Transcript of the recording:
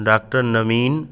doctor Naveen